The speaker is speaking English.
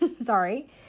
sorry